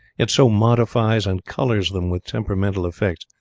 it so modifies and colours them with temperamental effects,